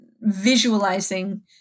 visualizing